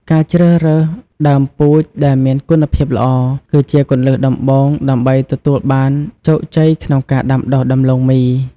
ការជ្រើសរើសដើមពូជដែលមានគុណភាពល្អ គឺជាគន្លឹះដំបូងដើម្បីទទួលបានជោគជ័យក្នុងការដាំដុះដំឡូងមី។